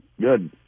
good